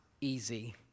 easy